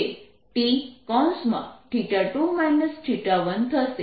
તેથી તે T થશે